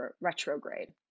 Retrograde